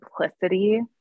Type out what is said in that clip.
simplicity